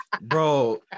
bro